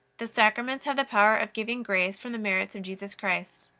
the sacraments have the power of giving grace from the merits of jesus christ.